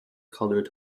colored